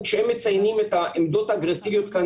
כשהם מציינים את העמדות האגרסיביות כאן